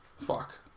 Fuck